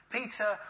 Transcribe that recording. Peter